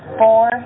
four